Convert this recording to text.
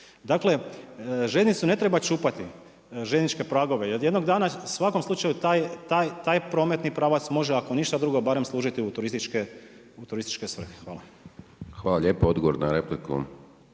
Dakle, željeznicu ne treba čupati, željezničke pragove jedino jer jednog dana u svakom slučaju taj prometni pravac može ako ništa drugo barem služiti u turističke svrhe. Hvala. **Hajdaš Dončić,